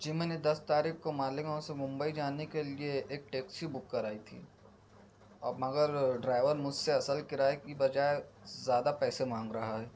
جی میں نے دس تاریخ کو مالیگاؤں سے ممبئی جانے کے لیے ایک ٹیکسی بک کرائی تھی اب مگر ڈرائیور مجھ سے اصل کرایے کی بجائے زیادہ پیسے مانگ رہا ہے